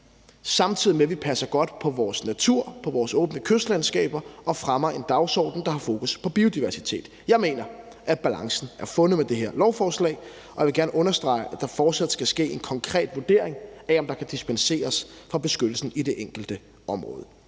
og at passe godt på vores natur og på vores åbne kystlandskaber og fremme en dagsorden, der har fokus på biodiversitet. Jeg mener, at balancen er fundet med det her lovforslag, og jeg vil gerne understrege, at der fortsat skal ske en konkret vurdering af, om der kan dispenseres fra beskyttelsen i det enkelte område.